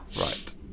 right